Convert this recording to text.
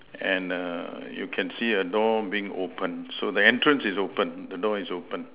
and err you can see a door being opened so the entrance is open the door is open